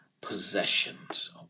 possessions